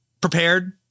prepared